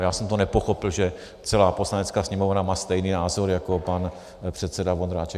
Já jsem to nepochopil, že celá Poslanecká sněmovna má stejný názor jako pan předseda Vondráček.